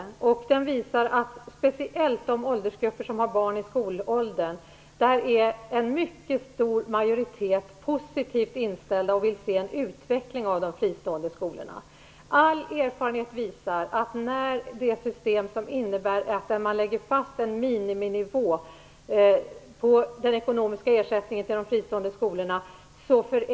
Den visar att en mycket stor majoritet speciellt i de åldersgrupper som har barn i skolåldern är positivt inställd och vill se en utveckling av de fristående skolorna. All erfarenhet visar att villkoren drastiskt förändras till det sämre när man lägger fast en miniminivå för den ekonomiska ersättningen till de fristående skolorna.